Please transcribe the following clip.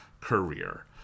career